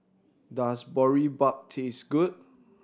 does Boribap taste good